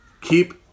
keep